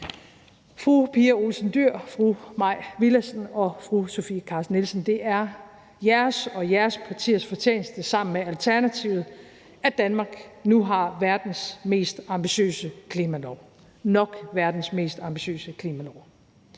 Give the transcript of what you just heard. fru Pia Olsen Dyhr, fru Mai Villadsen og fru Sofie Carsten Nielsen vil jeg sige: Det er jeres og jeres partiers fortjeneste sammen med Alternativet, at Danmark nu har verdens mest ambitiøse klimalov – nok verdens mest ambitiøse klimalov.